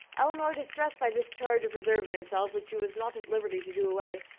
elinor, distressed by this charge of reserve in herself, which she was not at liberty to do away,